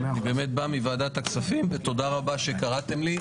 אני באמת בא מוועדת הכספים, ותודה רבה שקראתם לי.